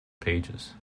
pages